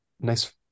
nice